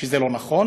שזה לא נכון,